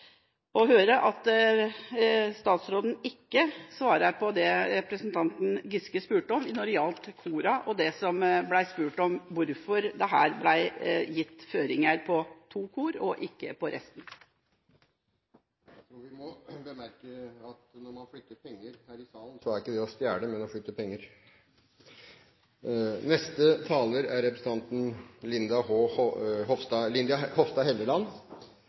å høre at statsråden ikke svarer på det som representanten Giske spurte om når det gjaldt korene. Det som det ble spurt om, var hvorfor det ble gitt føringer på to kor, og ikke på resten. Jeg tror vi må bemerke at når man flytter penger her i salen, er ikke det å stjele, men å flytte penger. For oss som har hørt på kulturdebatten i dag, har det vært en litt merkelig opplevelse. Det er